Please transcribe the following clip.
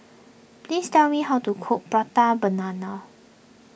please tell me how to cook Prata Banana